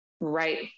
right